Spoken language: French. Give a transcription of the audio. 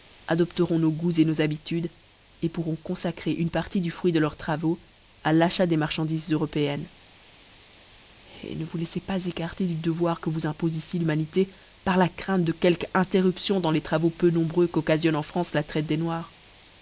adoptéront nos goûts nos habitudes pourront confacrer une partie du fruit de leurs travaux à l'achat des marchandées européennes eh ne vous laiflez pas écarter du devoir que vous impofe ici l'humanité par la crainte de quelque interruption dans les travaux peu nombreux qu'occafionne en france la traite des noirs